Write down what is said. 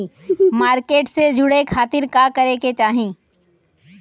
Market से जुड़े खाती का करे के चाही?